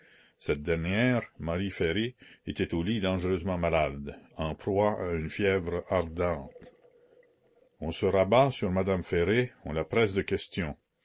cette dernière marie ferré était au lit dangereusement malade en proie à une fièvre ardente on se rabat sur madame ferré on la presse de questions